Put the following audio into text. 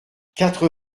quatre